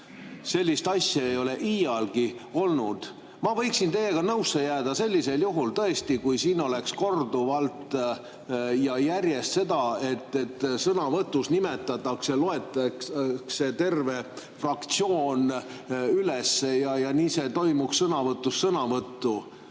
Sellist asja ei ole iialgi olnud. Ma võiksin teiega nõusse jääda sellisel juhul, tõesti, kui siin oleks korduvalt ja järjest nii, et sõnavõtus nimetataks, loetaks üles terve fraktsioon ja nii see toimuks sõnavõtust sõnavõttu.